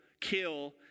kill